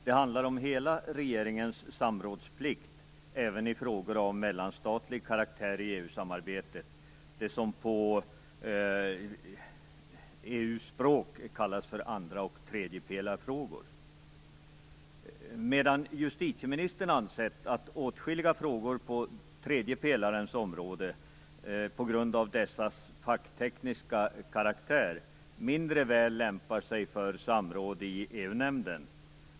Den handlar om hela regeringens samrådsplikt även i frågor av mellanstatlig karaktär i EU-samarbetet, dvs. det som på EU-språk kallas för andra och tredjepelarfrågor. Justitieministern har ansett att åtskilliga frågor på tredje pelarens område på grund av dessas facktekniska karaktär mindre väl lämpar sig för samråd med EU-nämnden.